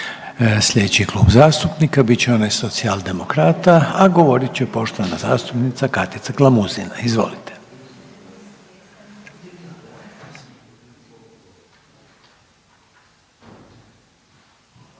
Slijedeći klub zastupnika bit će onaj Socijaldemokrata, a govorit će poštovana zastupnica Katica Glamuzina. Izvolite.